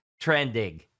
trending